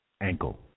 ankle